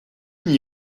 n’y